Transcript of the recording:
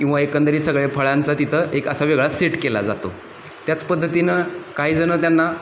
किंवा एकंदरीत सगळे फळांचा तिथं एक असा वेगळा सेट केला जातो त्याच पद्धतीनं काहीजणं त्यांना